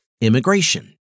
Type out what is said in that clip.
immigration